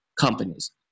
companies